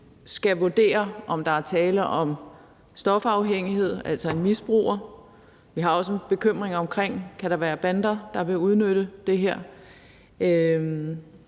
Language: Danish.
skal vurdere, om der er tale om stofafhængighed, altså en misbruger? Vi har også nogle bekymringer om, om der kan være bander, der vil udnytte det her.